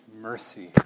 mercy